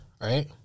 Right